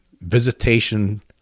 visitation